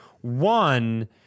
One